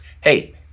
Hey